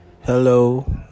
hello